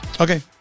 Okay